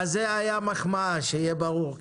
זאת הייתה מחמאה, שיהיה ברור.